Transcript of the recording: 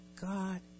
God